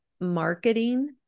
marketing